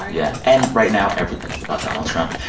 yeah. and right now everything is about donald trump.